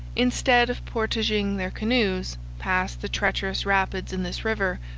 instead of portaging their canoes past the treacherous rapids in this river,